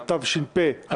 תש"ף-2020,